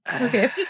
Okay